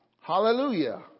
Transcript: Hallelujah